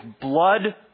blood